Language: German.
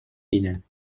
ihnen